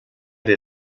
der